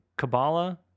Kabbalah